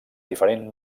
diferent